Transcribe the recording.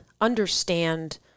understand